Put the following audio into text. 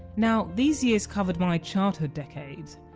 now, these years covered my childhood decade,